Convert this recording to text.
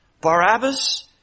Barabbas